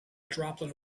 droplet